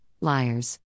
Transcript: Liars